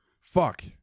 fuck